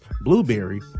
Blueberry